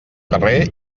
carrer